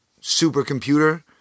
supercomputer